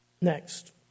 Next